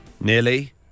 Nearly